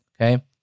okay